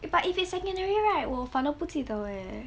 eh but if it's secondary right 我反而不记得 eh